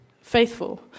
faithful